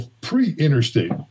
pre-interstate